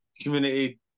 community